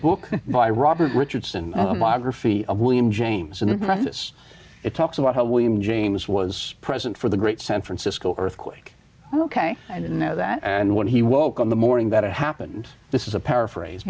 book by robert richardson of william james and this it talks about how william james was present for the great san francisco earthquake ok i didn't know that and when he woke on the morning that it happened this is a paraphrase